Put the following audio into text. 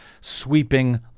sweeping